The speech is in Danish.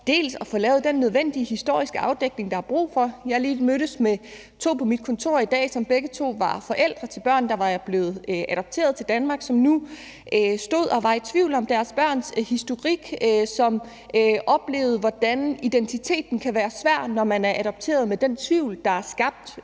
om at få lavet den nødvendige historiske afdækning, der er brug for. Jeg har lige mødtes med to på mit kontor i dag, som begge var forældre til børn, der var blevet adopteret til Danmark, og som nu stod og var i tvivl om deres børns historik, og som oplevede, hvordan man kan have det svært med sin identitet, når man er adopteret, på grund af den tvivl, der er skabt,